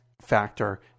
factor